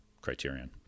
Criterion